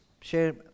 share